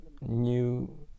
new